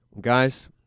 Guys